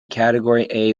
category